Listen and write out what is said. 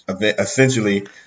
essentially